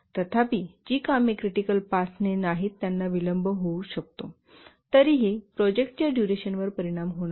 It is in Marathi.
तथापि जी कामे क्रिटिकल पाथने नाहीत त्यांना विलंब होऊ शकतो तरीही प्रोजेक्टच्या डुरेशनवर परिणाम होणार नाही